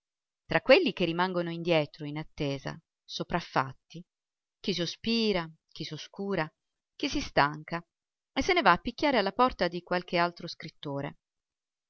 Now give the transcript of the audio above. tra quelli che rimangono indietro in attesa sopraffatti chi sospira chi s'oscura chi si stanca e se ne va a picchiare alla porta di qualche altro scrittore